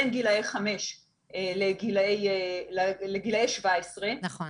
בין גילאי חמש לגילאי 17 --- נכון,